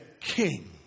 king